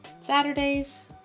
Saturdays